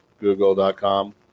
google.com